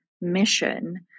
mission